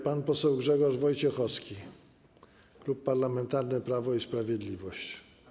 Pan poseł Grzegorz Wojciechowski, Klub Parlamentarny Prawo i Sprawiedliwość.